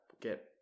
get